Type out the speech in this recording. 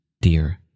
dear